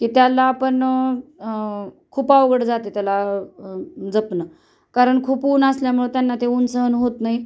की त्याला आपण खूप अवघड जाते त्याला जपणं कारण खूप ऊन असल्यामुळं त्यांना ते ऊन सहन होत नाही